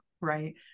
right